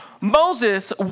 Moses